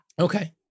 Okay